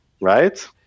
right